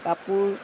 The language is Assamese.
কাপোৰ